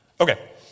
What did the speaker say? Okay